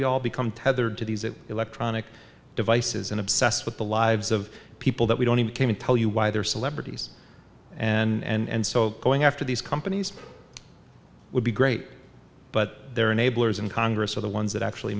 we all become tethered to these electronic devices and obsessed with the lives of people that we don't even came and tell you why they're celebrities and so going after these companies would be great but their enablers in congress are the ones that actually